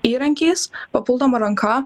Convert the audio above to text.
įrankiais papildoma ranka